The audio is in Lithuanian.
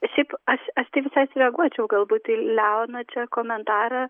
šiaip aš aš tai visai sureaguočiau gal būt į leono čia komentarą